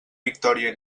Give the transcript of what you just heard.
victòria